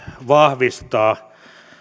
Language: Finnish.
vahvistaa